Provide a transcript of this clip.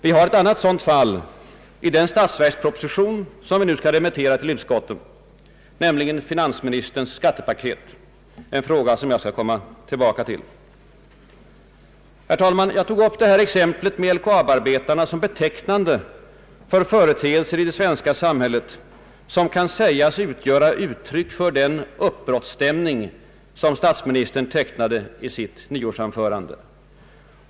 Vi har ett annat sådant fall i den statsverksproposition som vi nu skall remittera till utskottet, nämligen finansministerns skattepaket, en fråga som jag skall komma tillbaka till. Herr talman! Jag tog upp exemplet med LKAB-arbetarna som betecknande för företeelser i det svenska samhället vilka kan sägas vara uttryck för den uppbrottsstämning som statsministern tecknade i sitt nyårsanförande.